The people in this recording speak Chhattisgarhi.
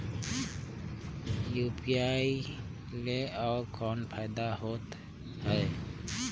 यू.पी.आई ले अउ कौन फायदा होथ है?